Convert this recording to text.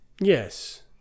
yes